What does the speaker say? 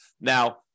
Now